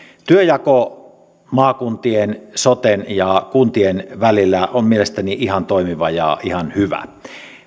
työnjako maakuntien soten ja kuntien välillä on mielestäni ihan toimiva ja ihan hyvä